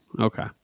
Okay